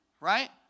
right